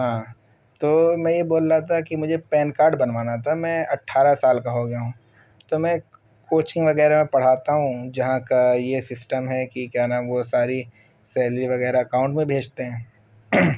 ہاں تو میں یہ بول رہا تھا کہ مجھے پین کاڈ بنوانا تھا میں اٹھارہ سال کا ہو گیا ہوں تو میں کوچنگ وغیرہ پڑھاتا ہوں جہاں کا یہ سسٹم ہے کہ کیا نام وہ ساری سیلری وغیرہ اکاؤنٹ میں بھیجتے ہیں